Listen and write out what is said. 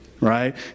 right